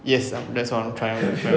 yes um that's what I'm trying to